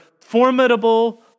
formidable